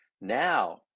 Now